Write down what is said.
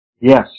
Yes